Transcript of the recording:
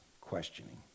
questioning